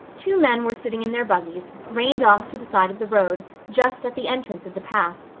two men were sitting in their buggies, reined off to the side of the road, just at the entrance of the path.